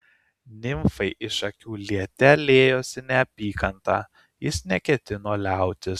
nimfai iš akių liete liejosi neapykanta jis neketino liautis